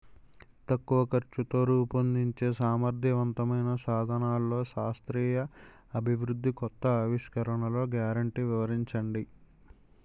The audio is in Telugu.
తక్కువ ఖర్చుతో రూపొందించే సమర్థవంతమైన సాధనాల్లో శాస్త్రీయ అభివృద్ధి కొత్త ఆవిష్కరణలు గ్యారంటీ వివరించండి?